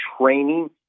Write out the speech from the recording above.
training